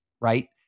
right